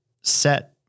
set